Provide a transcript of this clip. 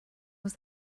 was